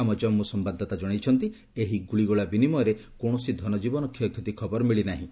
ଆମ ଜାଞ୍ଗୁ ସମ୍ଭାଦଦାତା କଣାଇଛନ୍ତି ଏହି ଗୁଳିଗୋଳା ବିନିମୟରେ କୌଣସି ଧନଜୀବନ କ୍ଷୟକ୍ଷତି ହୋଇଥିବା ଖବର ମିଳିନାହିଁ